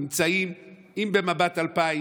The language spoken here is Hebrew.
התמונות נמצאות ב"מבט 2000"